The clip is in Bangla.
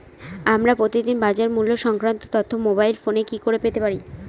আমরা প্রতিদিন বাজার মূল্য সংক্রান্ত তথ্য মোবাইল ফোনে কি করে পেতে পারি?